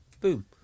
Boom